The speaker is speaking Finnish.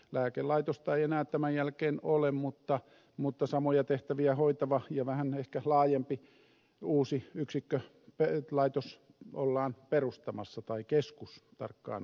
lääkelaitosta ei enää tämän jälkeen ole mutta samoja tehtäviä hoitava ja vähän ehkä laajempi uusi laitos ollaan perustamassa tai keskus tarkkaan ottaen